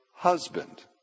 husband